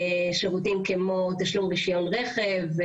שירותים כמו תשלום רישיון רכב,